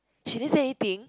she never say anything